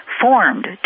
formed